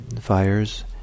fires